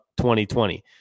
2020